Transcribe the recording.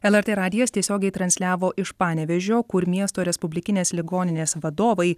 lrt radijas tiesiogiai transliavo iš panevėžio kur miesto respublikinės ligoninės vadovai